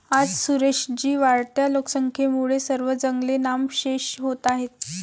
आज सुरेश जी, वाढत्या लोकसंख्येमुळे सर्व जंगले नामशेष होत आहेत